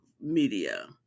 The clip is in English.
media